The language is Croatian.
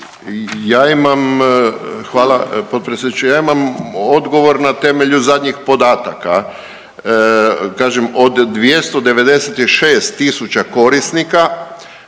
Ja imam, hvala potpredsjedniče, ja imam odgovor na temelju zadnjih podataka. Kažem, od 296 tisuća korisnika,